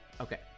Okay